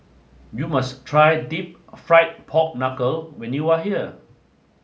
you must try Deep Rried Pork Knuckle when you are here